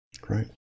Great